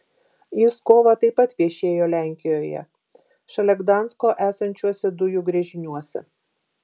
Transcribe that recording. jis kovą taip pat viešėjo lenkijoje šalia gdansko esančiuose dujų gręžiniuose